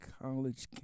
college